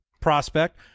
prospect